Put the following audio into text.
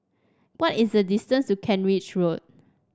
what is the distance to Kent Ridge Road